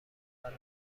مند